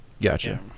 Gotcha